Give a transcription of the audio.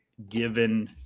given